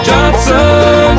Johnson